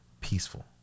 Peaceful